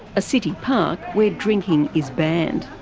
a city park where drinking is banned.